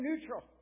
neutral